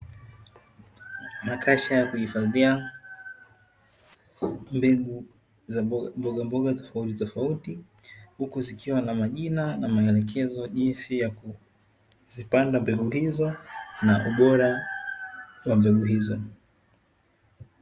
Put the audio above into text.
Makasha ya kuhifadhia mbegu za mbogamboga tofautitofauti huku zikiwa na majina na maelekezo jinsi ya kuzipanda mbegu hizo na ubora wa mbegu hizo.